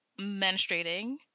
menstruating